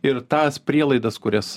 ir tas prielaidas kurias